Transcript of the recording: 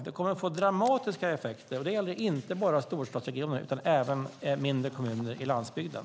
Det kommer att bli dramatiska effekter, och det gäller inte bara storstadsregioner utan även mindre kommuner i landsbygden.